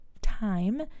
time